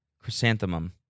chrysanthemum